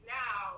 now